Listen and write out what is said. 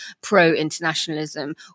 pro-internationalism